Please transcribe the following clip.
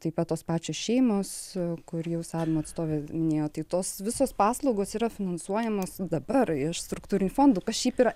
taip pat tos pačios šeimos su kur jau sadm atstovės minėjo tai tos visos paslaugos yra finansuojamos dabar iš struktūrinių fondų kas šiaip yra